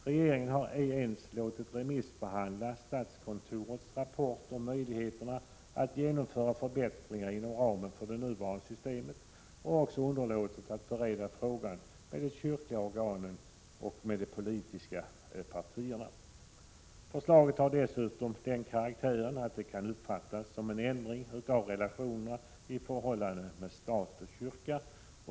Regeringen har ej ens låtit remissbehandla statskontorets rapport om möjligheterna att genomföra förbättringar inom ramen för nuvarande system och har också underlåtit att bereda frågan med de kyrkliga organen och med de politiska partierna. Förslaget har dessutom den karaktären att det kan uppfattas som en ändring av relationerna i förhållandet mellan stat och kyrka.